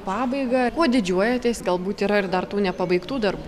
pabaigą kuo didžiuojatės galbūt yra ir dar tų nepabaigtų darbų